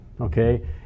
Okay